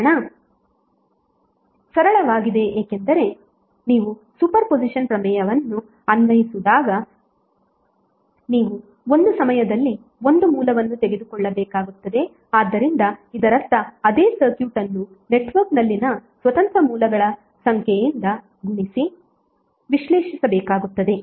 ಕಾರಣ ಸರಳವಾಗಿದೆ ಏಕೆಂದರೆ ನೀವು ಸೂಪರ್ ಪೊಸಿಷನ್ ಪ್ರಮೇಯವನ್ನು ಅನ್ವಯಿಸುವಾಗ ನೀವು ಒಂದು ಸಮಯದಲ್ಲಿ ಒಂದು ಮೂಲವನ್ನು ತೆಗೆದುಕೊಳ್ಳಬೇಕಾಗುತ್ತದೆ ಆದ್ದರಿಂದ ಇದರರ್ಥ ಅದೇ ಸರ್ಕ್ಯೂಟ್ ಅನ್ನು ನೆಟ್ವರ್ಕ್ನಲ್ಲಿನ ಸ್ವತಂತ್ರ ಮೂಲಗಳ ಸಂಖ್ಯೆಯಿಂದ ಗುಣಿಸಿ ವಿಶ್ಲೇಷಿಸಬೇಕಾಗುತ್ತದೆ